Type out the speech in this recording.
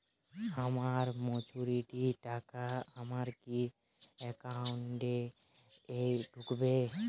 আমার ম্যাচুরিটির টাকা আমার কি অ্যাকাউন্ট এই ঢুকবে?